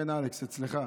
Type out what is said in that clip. כן, אלכס, אצלך.